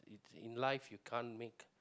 in life you can't make